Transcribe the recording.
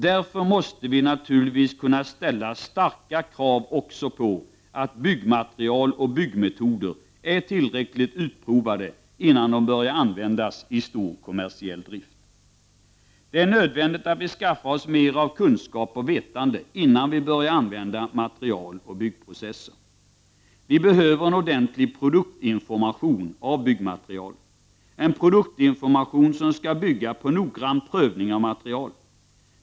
Därför måste vi naturligtvis kunna ställa krav på att också byggmaterial och byggmetoder är tillräckligt utprovade innan de i stor utsträckning börjar användas i kommersiell drift. Det är nödvändigt att vi skaffar oss mer av kunskap och vetande innan vi börjar använda material och byggprocesser. Vi behöver en ordentlig produktinformation om byggmaterialet, en produktinformation som skall bygga på noggrann prövning av materialet.